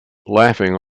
laughing